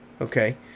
Okay